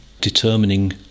determining